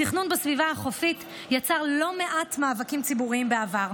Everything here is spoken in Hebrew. התכנון בסביבה החופית יצר לא מעט מאבקים ציבוריים בעבר,